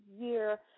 year